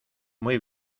muy